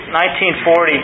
19.40